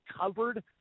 covered